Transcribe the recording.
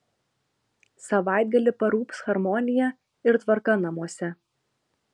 savaitgalį parūps harmonija ir tvarka namuose